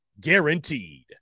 guaranteed